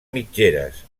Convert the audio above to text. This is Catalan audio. mitgeres